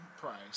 price